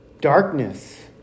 Darkness